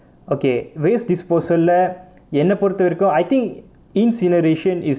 okay waste disposal leh என்னை பொருத்த வரைக்கும்:ennai porutha varaikkum I think incineration is